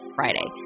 Friday